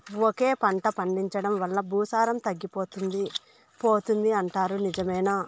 ఒకే పంట పండించడం వల్ల భూసారం తగ్గిపోతుంది పోతుంది అంటారు నిజమేనా